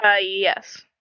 yes